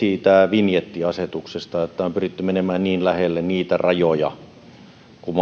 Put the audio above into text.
siitä vinjettiasetuksesta eli on pyritty menemään niin lähelle niitä rajoja kuin